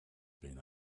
been